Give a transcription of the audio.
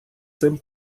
цим